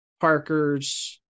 Parker's